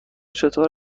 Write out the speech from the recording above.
چطور